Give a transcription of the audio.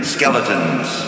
Skeletons